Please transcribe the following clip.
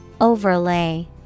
Overlay